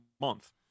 month